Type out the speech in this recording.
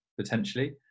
potentially